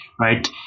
right